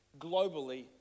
globally